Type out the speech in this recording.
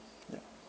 yup